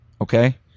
okay